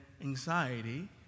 anxiety